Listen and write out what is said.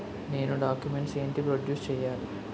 నేను డాక్యుమెంట్స్ ఏంటి ప్రొడ్యూస్ చెయ్యాలి?